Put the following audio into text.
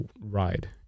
ride